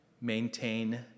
maintain